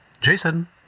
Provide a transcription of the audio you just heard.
Jason